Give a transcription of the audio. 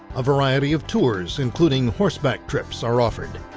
a variety of tours including horseback trips are offered.